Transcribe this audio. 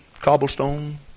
cobblestone